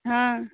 हँ